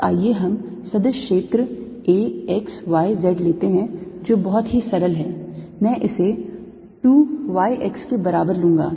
तो आइए हम सदिश क्षेत्र A x y z लेते हैं जो बहुत ही सरल हैं मैं इसे 2 y x के बराबर लूंगा